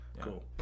Cool